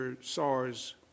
SARS